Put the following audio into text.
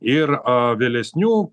ir vėlesnių